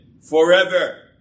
forever